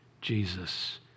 Jesus